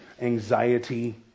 anxiety